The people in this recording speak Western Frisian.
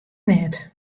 net